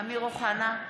אמיר אוחנה,